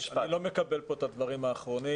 אני לא מקבל פה את הדברים האחרונים